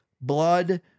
Blood